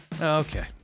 okay